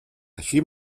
així